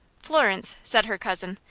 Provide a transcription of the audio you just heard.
florence, said her cousin,